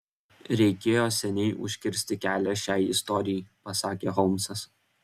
reikėjo seniai užkirsti kelią šiai istorijai pasakė holmsas